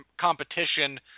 competition